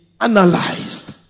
analyzed